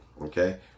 okay